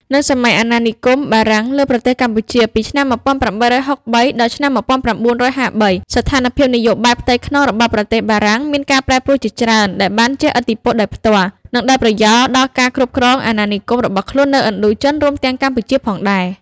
នៅសម័យអាណានិគមបារាំងលើប្រទេសកម្ពុជា ពីឆ្នាំ ១៨៦៣ ដល់ ១៩៥៣ ស្ថានភាពនយោបាយផ្ទៃក្នុងរបស់ប្រទេសបារាំងមានការប្រែប្រួលជាច្រើន ដែលបានជះឥទ្ធិពលដោយផ្ទាល់ និងដោយប្រយោលដល់ការគ្រប់គ្រងអាណានិគមរបស់ខ្លួននៅឥណ្ឌូចិន រួមទាំងកម្ពុជាផងដែរ។